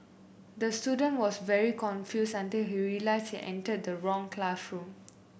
the student was very confused until he realised he entered the wrong classroom